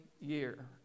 year